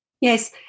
Yes